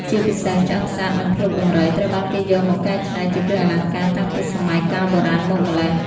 ជាពិសេស ឆ្អឹងសត្វ និងភ្លុកដំរី ត្រូវបានគេយកមកកែច្នៃជាគ្រឿងអលង្ការតាំងពីសម័យកាលបុរាណមកម្ល៉េះ។